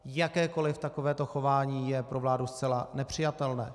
Jakékoli takovéto chování je pro vládu zcela nepřijatelné.